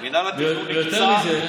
יותר מזה,